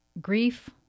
grief